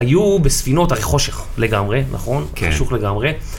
היו בספינות חושך לגמרי, נכון? כן. חשוך לגמרי.